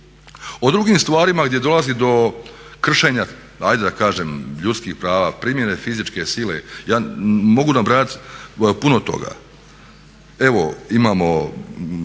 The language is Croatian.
O drugim stvarima gdje dolazi do kršenja ajde da kažem ljudskih prava, primjene fizičke sile ja mogu nabrajati puno toga. Evo imamo,